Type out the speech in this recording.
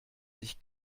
sich